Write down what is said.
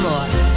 more